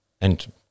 and